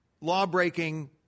law-breaking